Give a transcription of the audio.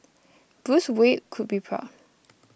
Bruce Wayne could be proud